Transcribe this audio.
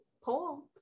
Paul